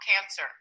cancer